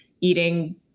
eating